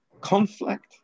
conflict